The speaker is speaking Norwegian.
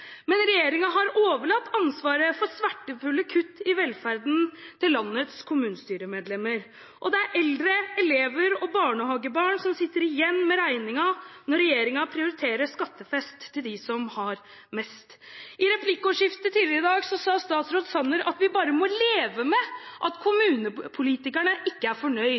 Men regjeringen har overlatt ansvaret for smertefulle kutt i velferden til landets kommunestyremedlemmer. Og det er eldre elever og barnehagebarn som sitter igjen med regningen når regjeringen prioriterer skattefest til dem som har mest. I replikkordskiftet tidligere i dag sa statsråd Sanner at vi bare må leve med at kommunepolitikerne ikke er